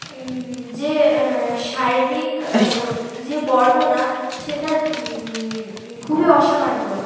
যে শারীরিক যে বর্ণনা সেটা খুবই অসামান্য